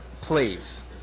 Please